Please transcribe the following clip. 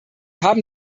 haben